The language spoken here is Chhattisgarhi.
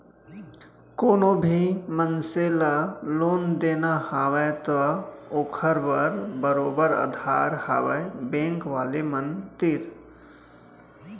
कोनो भी मनसे ल लोन देना हवय त ओखर बर बरोबर अधार हवय बेंक वाले मन तीर